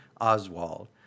Oswald